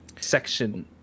section